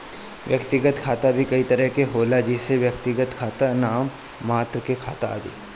व्यक्तिगत खाता भी कई तरह के होला जइसे वास्तविक खाता, नाम मात्र के खाता आदि